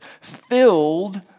filled